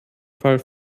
fall